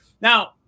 Now